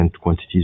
quantities